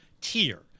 tier